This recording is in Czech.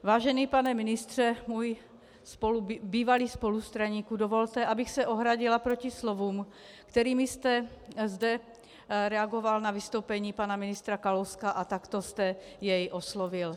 Vážený pane ministře, můj bývalý spolustraníku, dovolte, abych se ohradila proti slovům, kterými jste zde reagoval na vystoupení pana ministra Kalouska a takto jste jej oslovil.